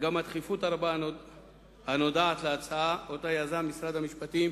גם הדחיפות הרבה הנודעת להצעה שיזם משרד המשפטים